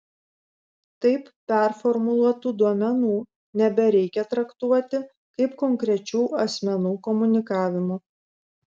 taip performuluotų duomenų nebereikia traktuoti kaip konkrečių asmenų komunikavimo